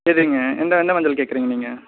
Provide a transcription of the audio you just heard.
எதுங்க எந்த எந்த மஞ்சள் கேட்குறிங்க நீங்கள்